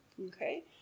okay